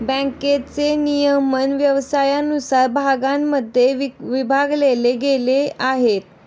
बँकेचे नियमन व्यवसायानुसार भागांमध्ये विभागले गेले आहे